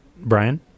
Brian